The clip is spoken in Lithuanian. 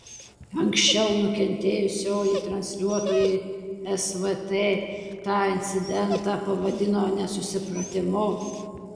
anksčiau nukentėjusioji transliuotojui svt tą incidentą pavadino nesusipratimu